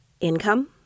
income